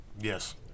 Yes